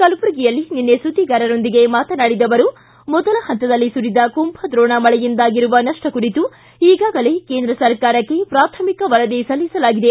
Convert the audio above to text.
ಕಲಬುರಗಿಯಲ್ಲಿ ನಿನ್ನೆ ಸುದ್ದಿಗಾರರೊಂದಿಗೆ ಮಾತನಾಡಿದ ಅವರು ಮೊದಲ ಹಂತದಲ್ಲಿ ಸುರಿದ ಕುಂಭದ್ರೋಣ ಮಳೆಯಿಂದಾಗಿರುವ ನಷ್ಟ ಕುರಿತು ಈಗಾಗಲೇ ಕೇಂದ್ರ ಸರ್ಕಾರಕ್ಕೆ ಪ್ರಾಥಮಿಕ ವರದಿ ಸಲ್ಲಿಸಲಾಗಿದೆ